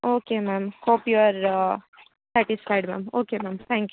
okay ma'am hope you are satisfied ma'am okay ma'am thank you